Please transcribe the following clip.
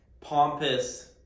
pompous